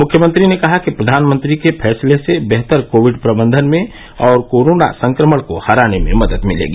मुख्यमंत्री ने कहा कि प्रधानमंत्री के फैसले से बेहतर कोविड प्रबंधन में और कोरोना संक्रमण को हराने में मदद मिलेगी